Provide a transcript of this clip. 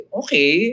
okay